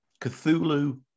Cthulhu